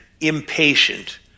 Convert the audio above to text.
impatient